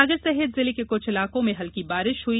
सागर सहित जिले के कृछ इलाकों में हल्की बारिश हुई